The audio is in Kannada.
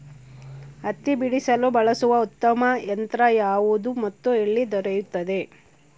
ಹತ್ತಿ ಬಿಡಿಸಲು ಬಳಸುವ ಉತ್ತಮ ಯಂತ್ರ ಯಾವುದು ಮತ್ತು ಎಲ್ಲಿ ದೊರೆಯುತ್ತದೆ?